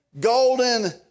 golden